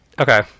Okay